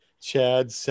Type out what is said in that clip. Chad